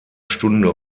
stunde